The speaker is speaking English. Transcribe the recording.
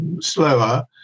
slower